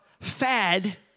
fad